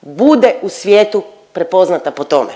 bude u svijetu prepoznata po tome,